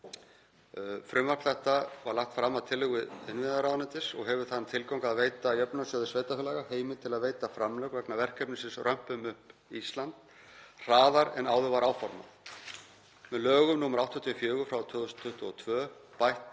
Frumvarp þetta er lagt fram að tillögu innviðaráðuneytis og hefur þann tilgang að veita Jöfnunarsjóði sveitarfélaga heimild til að veita framlög vegna verkefnisins Römpum upp Ísland hraðar en áður var áformað. Með lögum nr. 84/2022 bættist